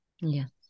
Yes